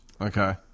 Okay